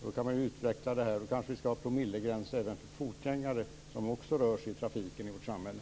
Då kan man utveckla det till att det kanske skall vara promillegränser för fotgängare som också rör sig i trafiken i vårt samhälle.